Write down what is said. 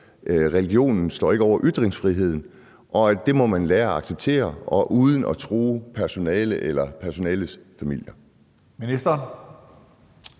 religion ikke står over ytringsfrihed, og at det må man lære at acceptere uden at true personalet eller personalets familier?